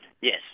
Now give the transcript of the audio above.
Yes